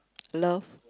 love